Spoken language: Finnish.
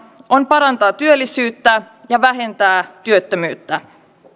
on parantaa työllisyyttä ja vähentää työttömyyttä